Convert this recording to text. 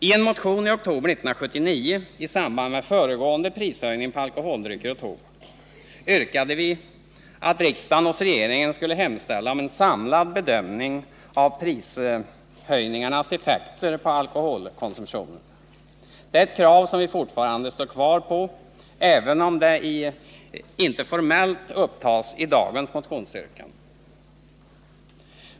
I en motion från oktober 1979, i samband med föregående höjning av priserna på alkoholdrycker och tobak, yrkade vi att riksdagen hos regeringen skulle hemställa om en samlad bedömning av prishöjningarnas effekter på alkoholkonsumtionen. Det är ett krav som vi fortfarande står kvar vid, även om det inte formellt upptagits i dagens motionsyrkanden.